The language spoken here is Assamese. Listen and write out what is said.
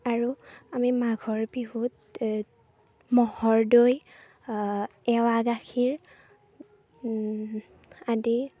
আৰু আমি মাঘৰ বিহুত ম'হৰ দৈ এৱা গাখীৰ আদি